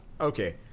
Okay